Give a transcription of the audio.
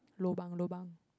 lobang lobang